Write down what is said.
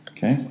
Okay